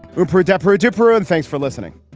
rupert adepero zipporah. and thanks for listening